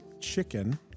chicken